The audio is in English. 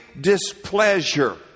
displeasure